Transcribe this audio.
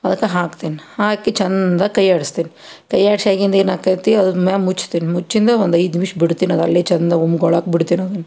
ಅದಕ್ಕೆ ಹಾಕ್ತೀನಿ ಹಾಕಿ ಚಂದ ಕೈ ಆಡ್ಸ್ತೀನಿ ಕೈ ಆಡಿಸಿ ಆಗಿಂದು ಏನಾಕ್ತೈತಿ ಅದರ ಮ್ಯಾಗೆ ಮುಚ್ತೀನಿ ಮುಚ್ಚಿಂದು ಒಂದೈದು ನಿಮಿಷ ಬಿಡ್ತೀನಿ ಅದಲ್ಲೇ ಚಂದ ಉಮ್ಗೊಳಕ್ಕೆ ಬಿಡ್ತೀನಿ ಅದನ್ನು